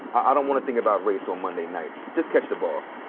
i don't wanna think about race on monday night. just catch the ball.